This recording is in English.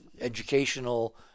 educational